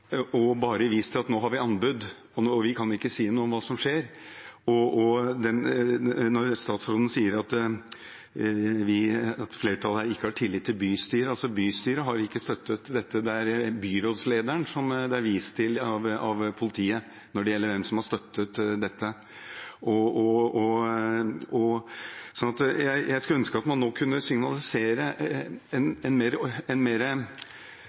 og bare vist til at nå har de anbud, og de kan ikke si noe om hva som skjer. Og til det statsråden sier om at flertallet ikke har tillit til bystyret: Bystyret har ikke støttet dette, det er byrådslederen det blir vist til av politiet når det gjelder hvem som har støttet dette. Jeg skulle ønske at man nå kunne signalisere en prosess hvor man framover legger opp til mer